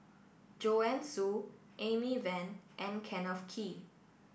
Joanne Soo Amy Van and Kenneth Kee